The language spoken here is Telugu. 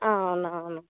అవునవును